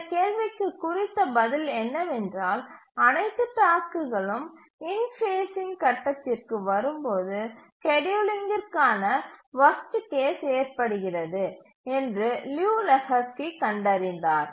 இந்த கேள்விக்கு குறித்த பதில் என்னவென்றால் அனைத்து டாஸ்க்குகளும் இன்ஃபேஸ்சிங் கட்டத்திற்கு வரும்போது ஸ்கேட்யூலிங்கிற்கான வர்ஸ்ட் கேஸ் ஏற்படுகிறது என்று லியு லெஹோஸ்கி கண்டறிந்தார்